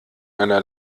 einer